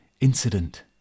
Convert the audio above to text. Incident